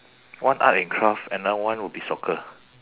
one art and craft another one would be soccer